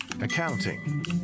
accounting